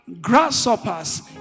grasshoppers